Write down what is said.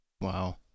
Wow